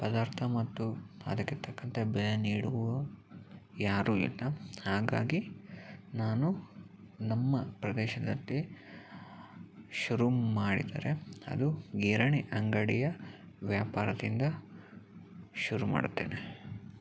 ಪದಾರ್ಥ ಮತ್ತು ಅದಕ್ಕೆ ತಕ್ಕಂತೆ ಬೆಲೆ ನೀಡುವ ಯಾರೂ ಇಲ್ಲ ಹಾಗಾಗಿ ನಾನು ನಮ್ಮ ಪ್ರದೇಶದಲ್ಲಿ ಶುರು ಮಾಡಿದರೆ ಅದು ಗಿರಣಿ ಅಂಗಡಿಯ ವ್ಯಾಪಾರದಿಂದ ಶುರು ಮಾಡುತ್ತೇನೆ